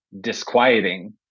disquieting